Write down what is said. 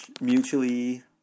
mutually